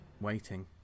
waiting